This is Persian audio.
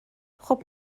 خوب